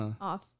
off